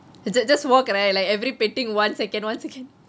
is it just walk right like every painting one second one second